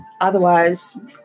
Otherwise